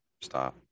Stop